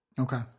Okay